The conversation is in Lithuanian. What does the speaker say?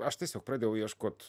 aš tiesiog pradėjau ieškot